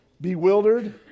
bewildered